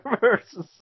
versus